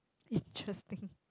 interesting